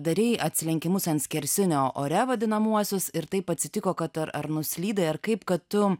darei atsilenkimus ant skersinio ore vadinamuosius ir taip atsitiko kad ar ar nuslydai ar kaip kad tu